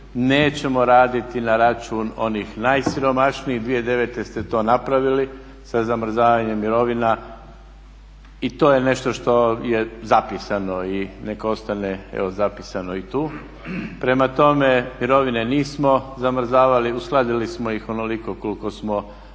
nećemo raditi na račun onih najsiromašnijih. 2009. vi ste to napravili sa zamrzavanjem mirovina. I to je nešto što je zapisano i nek ostane evo zapisano i tu. Prema tome, mirovine nismo zamrzavali, uskladili smo ih onoliko koliko smo mogli.